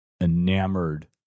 enamored